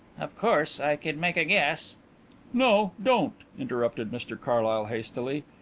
of course i could make a guess no, don't, interrupted mr carlyle hastily.